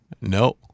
no